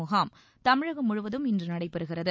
முகாம் தமிழகம் முழுவதும் இன்று நடைபெறுகிறது